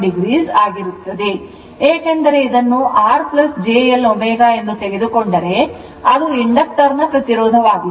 61o ಆಗಿರುತ್ತದೆ ಏಕೆಂದರೆ ಇದನ್ನು r j L ω ಎಂದು ತೆಗೆದುಕೊಂಡರೆ ಅದು inductor ನ ಪ್ರತಿರೋಧವಾಗಿದೆ